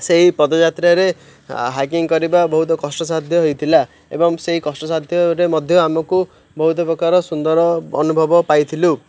ସେହି ପଦଯାତ୍ରାରେ ହାଇକିଙ୍ଗ କରିବା ବହୁତ କଷ୍ଟସାଧ୍ୟ ହେଇଥିଲା ଏବଂ ସେଇ କଷ୍ଟସାଧ୍ୟରେ ମଧ୍ୟ ଆମକୁ ବହୁତ ପ୍ରକାର ସୁନ୍ଦର ଅନୁଭବ ପାଇଥିଲୁ